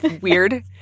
weird